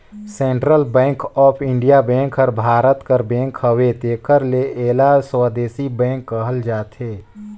central bank of India bank हर भारत कर bank हवे तेकर ले एला स्वदेसी बेंक कहल जाथे